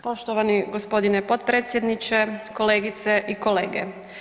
Poštovani g. potpredsjedniče, kolegice i kolege.